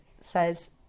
says